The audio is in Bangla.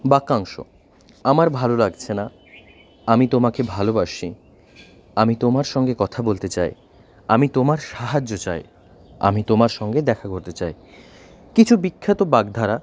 বাক্যাংশ আমার ভালো লাগছে না আমি তোমাকে ভালোবাসি আমি তোমার সঙ্গে কথা বলতে চাই আমি তোমার সাহায্য চাই আমি তোমার সঙ্গে দেখা করতে চাই কিছু বিখ্যাত বাগধারা